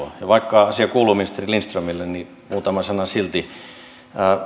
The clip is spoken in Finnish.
ja vaikka asia kuuluu ministeri lindströmille niin muutama sana silti